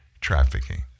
trafficking